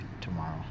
tomorrow